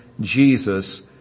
Jesus